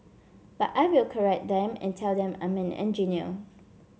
but I will correct them and tell them I'm an engineer